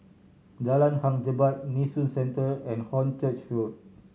Jalan Hang Jebat Nee Soon Central and Hornchurch Road